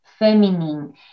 feminine